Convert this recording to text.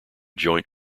joint